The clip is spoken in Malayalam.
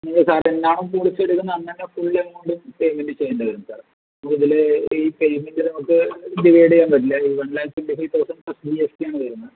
ഇല്ല സാറേ ഞാൻ പോളിസി എടുക്കുന്ന അന്നുതന്നെ ഫുൾ എമൗണ്ട് പേയ്മെന്റ് ചെയ്യേണ്ടി വരും സാറെ ഇതില് ഈ പേയ്മെന്റ് നമുക്ക് ഡിവൈഡ് ചെയ്യാൻ പറ്റില്ല ഈ one lakh twenty five thousand plus G S T ആണ് വരുന്നത്